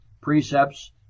precepts